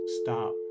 Stop